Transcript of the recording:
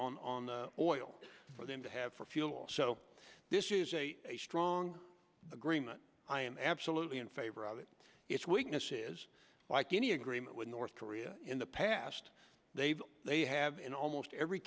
deal on on oil for them to have for fuel so this is a strong agreement i am absolutely in favor of it its weakness is like any agreement with north korea in the past they've they have in almost every